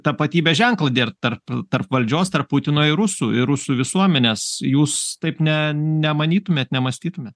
tapatybės ženklą dėt tarp tarp valdžios tarp putino ir rusų ir rusų visuomenės jūs taip ne nemanytumėt nemąstytumėt